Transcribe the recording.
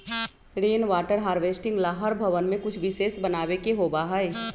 rain water harvesting ला हर भवन में कुछ विशेष बनावे के होबा हई